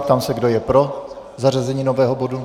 Ptám se, kdo je pro zařazení nového bodu.